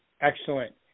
Excellent